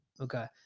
Okay